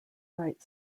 right